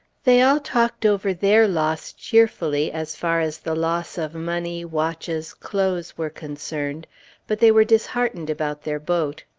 they all talked over their loss cheerfully, as far as the loss of money, watches, clothes, were concerned but they were disheartened about their boat.